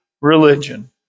religion